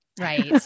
right